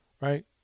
right